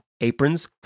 aprons